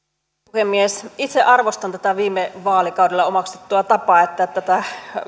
puhemies itse arvostan tätä viime vaalikaudella omaksuttua tapaa että